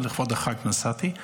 אבל לכבוד החג נסעתי,